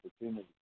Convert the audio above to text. opportunity